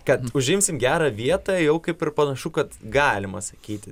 kad užimsim gerą vietą jau kaip ir panašu kad galima sakyti